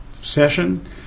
session